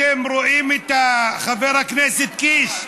אתם רואים, חבר הכנסת קיש,